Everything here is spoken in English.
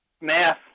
math